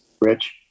Rich